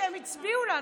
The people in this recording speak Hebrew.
כי הם הצביעו לה,